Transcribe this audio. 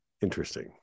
Interesting